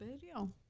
video